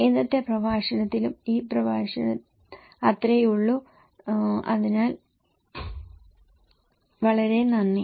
ഇന്നത്തെ പ്രഭാഷണത്തിനും ഈ പ്രഭാഷണത്തിനും അത്രയേയുള്ളൂ അതിനാൽ വളരെ നന്ദി